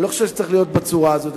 אני לא חושב שזה צריך להיות בצורה הזאת.